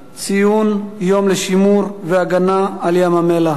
ציון היום לשימור והגנה על ים-המלח,